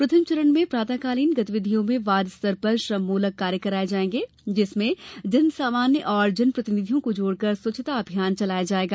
प्रथम चरण में प्रातरूकालीन गतिविधियों में वार्ड स्तर पर श्रममूलक कार्य कराये जायेंगे जिसमें जन सामान्य और जन प्रतिनिधियों को जोड़कर स्वच्छता अभियान चलाया जाएगा